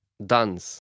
Dance